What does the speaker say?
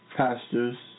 pastors